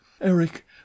Eric